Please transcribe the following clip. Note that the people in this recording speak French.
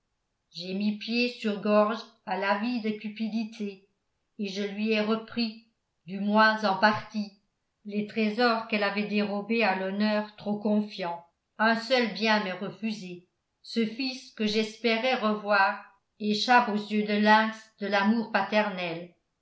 j'ai mis pied sur gorge à l'avide cupidité et je lui ai repris du moins en partie les trésors qu'elle avait dérobés à l'honneur trop confiant un seul bien m'est refusé ce fils que j'espérais revoir échappe aux yeux de lynx de l'amour paternel